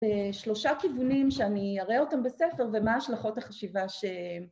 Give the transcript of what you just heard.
‫בשלושה כיוונים שאני אראה אותם בספר, ‫ומה השלכות החשיבה ש...